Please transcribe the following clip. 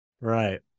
Right